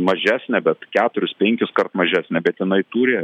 mažesnė bet keturis penkiskart mažesnė bet jinai turi